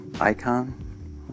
icon